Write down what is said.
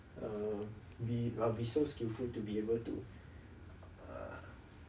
err be I'll be so skilful to be able to err